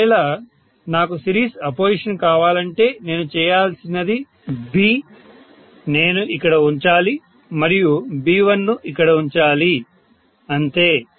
ఒకవేళ నాకు series opposition కావాలంటే నేను చేయాల్సినది B నేను ఇక్కడ ఉంచాలి మరియు B1 ను ఇక్కడ ఉంచాలి అంతే